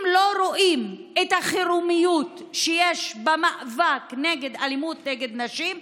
אם לא רואים את החירומיות שיש במאבק באלימות נגד נשים,